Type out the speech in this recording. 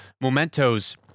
mementos